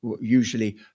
usually